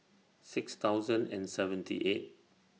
six thousand and seventy eight